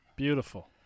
Beautiful